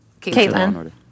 Caitlin